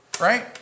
Right